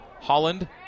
Holland